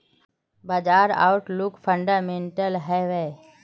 बाजार outlook fundamental हैवै?